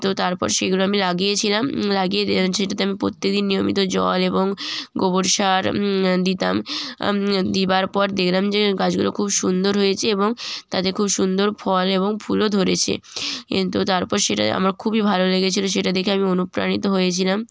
তো তারপর সেগুলো আমি লাগিয়েছিলাম লাগিয়ে দে সেটাতে আমি প্রত্যেকদিন নিয়মিত জল এবং গোবর সার দিতাম দিতাম দিবার পর দেখলাম যে গাছগুলো খুব সুন্দর হয়েছে এবং তাতে খুব সুন্দর ফল এবং ফুলও ধরেছে কিন্তু তারপর সেটা আমার খুবই ভালো লেগেছিলো সেটা দেখে আমি অনুপ্রাণিত হয়েছিলাম